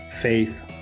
faith